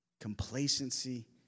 Complacency